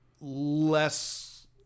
less